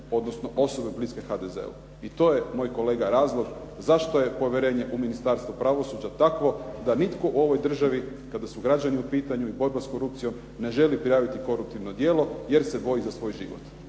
odnosno osobe bliske HDZ-u. I to je moj kolega razlog zašto je povjerenje u Ministarstvo pravosuđa takvo da nitko u ovoj državi kada su građani u pitanju i borba s korupcijom ne želi prijaviti koruptivno djelo jer se boji za svoj život